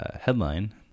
headline